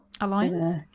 alliance